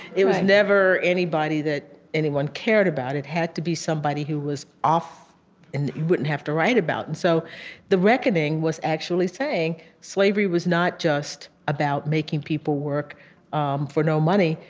it was never anybody that anyone cared about. it had to be somebody who was off and that you wouldn't have to write about. and so the reckoning was actually saying, slavery was not just about making people work um for no money.